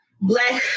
black